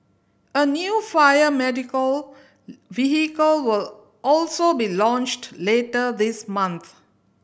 a new fire medical vehicle will also be launched later this month